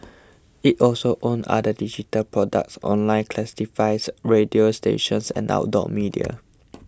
it also owns other digital products online classifieds radio stations and outdoor media